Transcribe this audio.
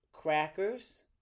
Crackers